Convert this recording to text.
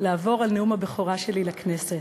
לעבור על נאום הבכורה שלי לכנסת.